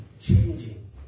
changing